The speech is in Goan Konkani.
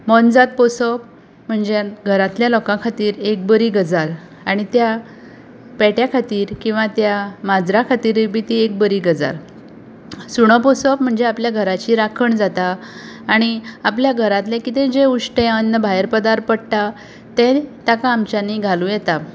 मोनजात पोसप म्हणजे घरांतल्या लोका खातीर एक बरी गजाल आनी त्या पेट्या खातीर किंवा त्या माजरा खातीरूय बी ती एक बरी गजाल सुणो पोसप म्हणजे आपल्या घराची राखण जाता आनी आपल्या घरांतलें कितें जें उश्टें अन्न भायर पदार्थ भायर पडटा तें आमच्यांनी ताका घालूं येता